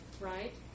right